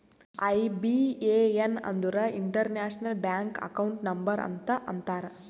IBAN ಅಂದುರ್ international bank account number ಅಂತ ಅಂತಾರ್